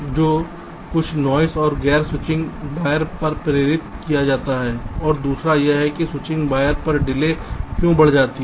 तो कुछ नॉइस को गैर स्विचिंग वायर पर प्रेरित किया जाता है और दूसरा यह कि स्विचिंग वायर पर डिले क्यों बढ़ सकती है